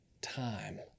time